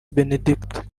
benediction